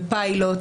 בפיילוט,